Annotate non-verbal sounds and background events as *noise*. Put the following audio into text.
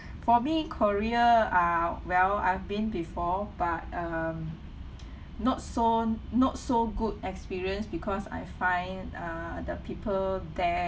for me korea uh well I've been before but um *breath* not so not so good experience because I find err the people there